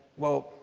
well,